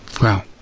Wow